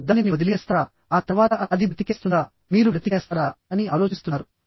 మీరు దానిని వదిలివేస్తారా ఆ తర్వాత అది బ్రతికేస్తుందా మీరు బ్రతికేస్తారా అని ఆలోచిస్తున్నారు